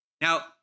Now